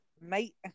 mate